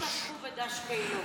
לא תפסו בדש מעילו.